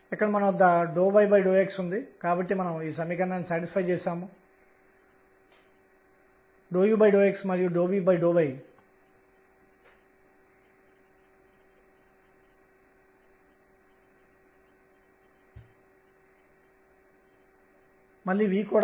లేదా n అనేది మైనస్ k మరియు k మధ్య పరిమితం చేయబడింది